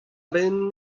benn